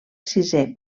sisè